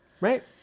right